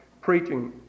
preaching